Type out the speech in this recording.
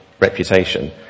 reputation